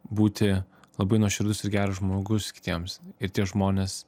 būti labai nuoširdus ir geras žmogus kitiems ir tie žmonės